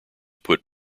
put